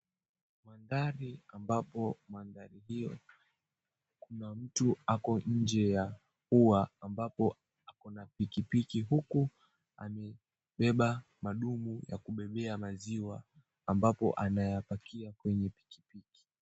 Mandhari ambapo mandhari hio kuna mtu ako nje ya ua ambapo ako na pikipiki huku amebeba madumu ya kubebeba maziwa ambapo anayapakia kwenye pikipiki.